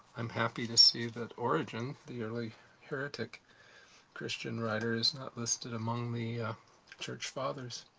i'm happy to see that origen, the early heretic christian writer, is not listed among the church fathers.